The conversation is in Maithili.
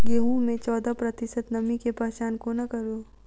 गेंहूँ मे चौदह प्रतिशत नमी केँ पहचान कोना करू?